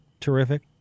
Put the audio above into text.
terrific